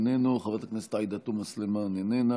איננו,